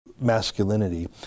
masculinity